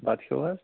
بَتہٕ کھیٚوٕ حظ